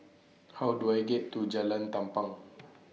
How Do I get to Jalan Tampang